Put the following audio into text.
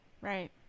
Right